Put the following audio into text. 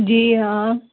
जी हाँ